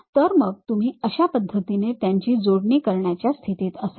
तर मग तुम्ही अशा पद्धतीने त्यांची जोडणी करण्याच्या स्थितीत असाल